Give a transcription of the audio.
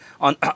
on